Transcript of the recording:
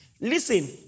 Listen